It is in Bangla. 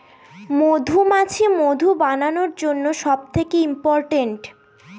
মধুমাছি মধু বানানোর জন্য সব থেকে ইম্পোরট্যান্ট